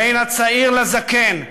בין הצעיר לזקן,